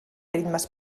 ritmes